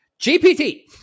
GPT